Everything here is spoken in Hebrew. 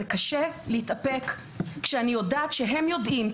קשה להתאפק כשאני יודעת שהם יודעים,